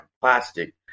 plastic